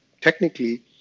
Technically